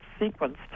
sequenced